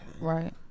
Right